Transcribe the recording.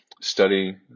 study